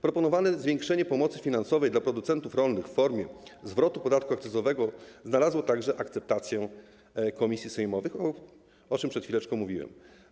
Proponowane zwiększenie pomocy finansowej dla producentów rolnych w formie zwrotu podatku akcyzowego znalazło także akceptację komisji sejmowych, o czym przed chwileczką mówiłem.